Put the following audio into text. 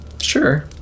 Sure